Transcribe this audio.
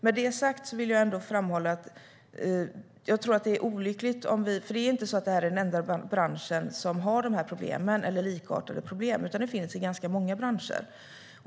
Med detta sagt vill jag ändå framhålla att detta inte är den enda bransch som har dessa eller likartade problem. De finns i ganska många branscher.